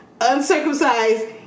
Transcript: uncircumcised